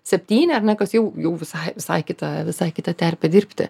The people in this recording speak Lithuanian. septyni ar ne kas jau jau visai visai kita visai kita terpė dirbti